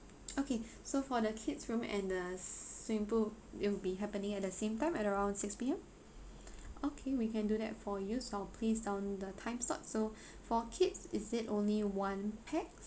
okay so for the kid‘s room and the swimming pool will be happening at the same time at around six P_M okay we can do that for you so please down at the time slot so for kids is it only one pax